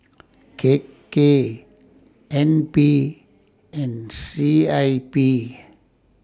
K K N P and C I P